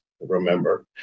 remember